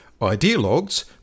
ideologues